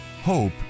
Hope